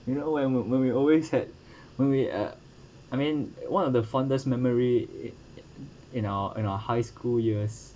you know when when we always had when we uh I mean one of the fondest memory in in our in our high school years